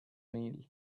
meal